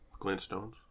Glintstones